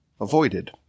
avoided